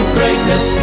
greatness